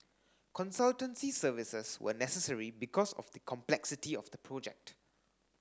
consultancy services were necessary because of the complexity of the project